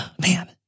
man